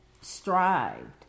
strived